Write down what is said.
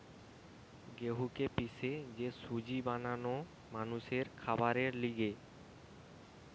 গেহুকে পিষে যে সুজি বানানো মানুষের খাবারের লিগে